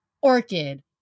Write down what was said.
Orchid